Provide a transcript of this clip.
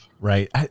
right